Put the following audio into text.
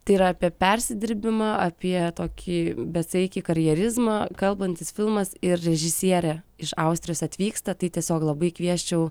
tai yra apie persidirbimą apie tokį besaikį karjerizmą kalbantis filmas ir režisierė iš austrijos atvyksta tai tiesiog labai kviesčiau